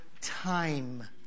time